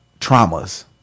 traumas